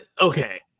okay